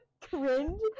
cringe